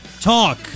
talk